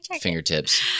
fingertips